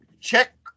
check